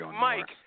Mike